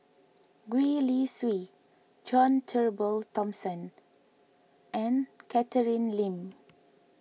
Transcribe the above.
Gwee Li Sui John Turnbull Thomson and Catherine Lim